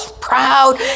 proud